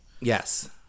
Yes